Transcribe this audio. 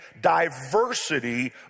diversity